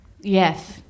yes